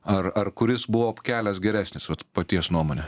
ar ar kuris buvo kelias geresnis vat paties nuomone